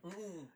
mm mm